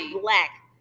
black